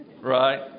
Right